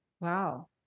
Wow